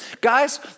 Guys